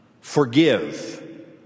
Forgive